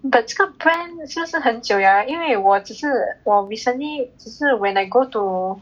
but 这个 brand 是不是很久了啊因为我只是我 recently 只是 when I go to